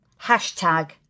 hashtag